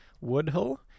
Woodhull